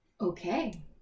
Okay